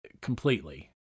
completely